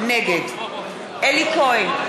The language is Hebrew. נגד אלי כהן,